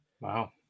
wow